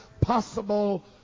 possible